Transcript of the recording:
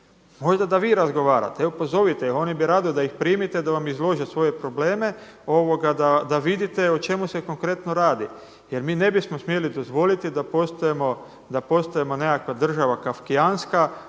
Možda da vi razgovarate, evo pozovite ih, oni bi rado da ih primite, da vam izlože svoje probleme, da vidite o čemu se konkretno radi. Jer mi ne bismo smjeli dozvoliti da postajemo nekakva država kafkijanska